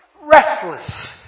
restless